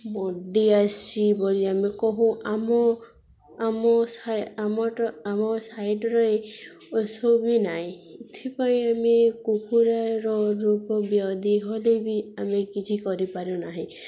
body ଆସି ବୋଲି ଆମେ କହୁ ଆମ ଆମ ଆମ ଆମ ସାଇଡ଼ରେ ଔଷଧ ବି ନାଇଁ ଏଥିପାଇଁ ଆମେ କୁକୁରର ରୋଗବ୍ୟାଧି ହେଲେ ବି ଆମେ କିଛି କରିପାରୁନାହିଁ